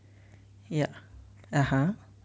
ya (uh huh)